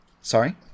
Sorry